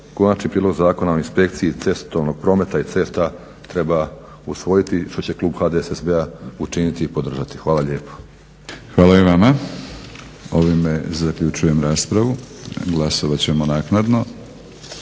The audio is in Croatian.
Konačni prijedlog zakona o inspekciji cestovnog prometa i cesta treba usvojiti što će klub HDSSB-a učiniti i podržati. Hvala lijepo. **Batinić, Milorad (HNS)** Hvala i vama. Ovime zaključujem raspravu. Glasovat ćemo naknadno.